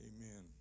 Amen